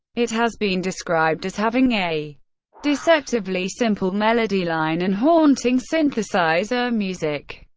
it has been described as having a deceptively simple melody line and haunting synthesizer music.